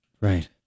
right